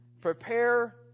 Prepare